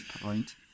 point